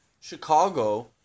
Chicago